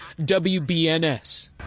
WBNS